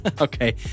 Okay